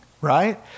right